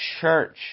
church